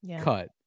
cut